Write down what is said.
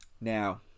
Now